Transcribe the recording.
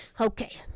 okay